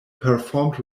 performed